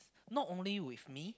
not only with me